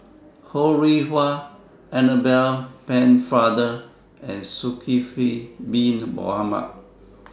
Ho Rih Hwa Annabel Pennefather and Zulkifli Bin Mohamed